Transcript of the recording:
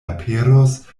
aperos